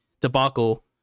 debacle